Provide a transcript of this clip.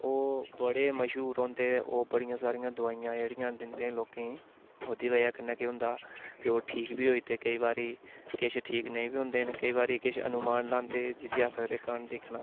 ओह् बड़े मश्हूर होंदे ओह् बड़ी सारियां दवाइयां जेह्ड़ियां न दिंदे न लोकें गी ओह्दी वजह् कन्नै केह् होंदा के ओह् ठीक बी होई दे केईं बारी किश ठीक नेईं बी होंदे न केईं बारी किश अनुमान लांदे जिसी अस आक्खी सकदे कन दिक्खना